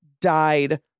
died